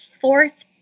fourth